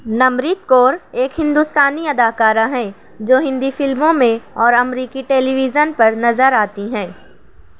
نمرت کور ایک ہندوستانی اداکارہ ہیں جو ہندی فلموں میں اور امریکی ٹیلی ویژن پر نظر آتی ہیں